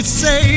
say